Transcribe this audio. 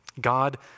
God